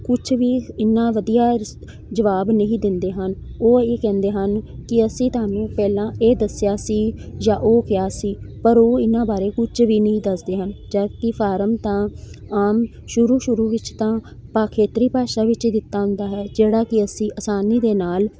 ਕੁਛ ਵੀ ਇੰਨਾ ਵਧੀਆ ਰਿਸ ਜਵਾਬ ਨਹੀਂ ਦਿੰਦੇ ਹਨ ਉਹ ਇਹ ਕਹਿੰਦੇ ਹਨ ਕਿ ਅਸੀਂ ਤੁਹਾਨੂੰ ਪਹਿਲਾਂ ਇਹ ਦੱਸਿਆ ਸੀ ਜਾਂ ਉਹ ਕਿਹਾ ਸੀ ਪਰ ਉਹ ਇਹਨਾਂ ਬਾਰੇ ਕੁਝ ਵੀ ਨਹੀਂ ਦੱਸਦੇ ਹਨ ਜਦਕਿ ਫਾਰਮ ਤਾਂ ਸ਼ੁਰੂ ਸ਼ੁਰੂ ਵਿੱਚ ਤਾਂ ਭਾ ਖੇਤਰੀ ਭਾਸ਼ਾ ਵਿੱਚ ਦਿੱਤਾ ਹੁੰਦਾ ਹੈ ਜਿਹੜਾ ਕਿ ਅਸੀਂ ਆਸਾਨੀ ਦੇ ਨਾਲ